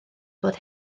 fod